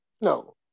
no